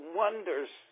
wonders